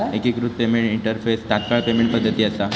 एकिकृत payment interface तात्काळ payment पद्धती असा